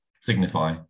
signify